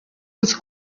was